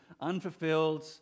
unfulfilled